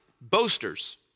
boasters